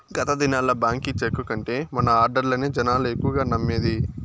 గత దినాల్ల బాంకీ చెక్కు కంటే మన ఆడ్డర్లనే జనాలు ఎక్కువగా నమ్మేది